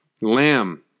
Lamb